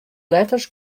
letters